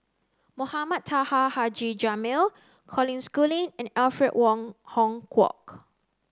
Mohamed Taha Haji Jamil Colin Schooling and Alfred Wong Hong Kwok